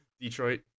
Detroit